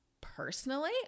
personally